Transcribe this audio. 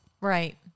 Right